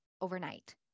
overnight